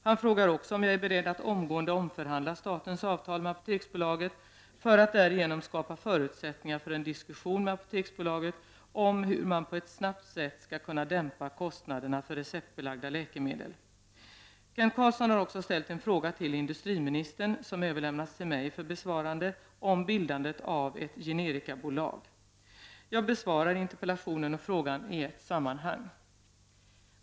Han frågar också om jag är beredd att omgående omförhandla statens avtal med Apoteksbolaget, för att därigenom skapa förutsättningar för en diskussion med Apoteksbolaget om hur man på ett snabbt sätt skall kunna dämpa kostnaderna för receptbelagda läkemedel. Kent Carlsson har också ställt en fråga till industriministern, som överlämnats till mig för besvarande, om bildandet av ett generikabolag. Jag besvarar interpellationen och frågan i ett sammanhang.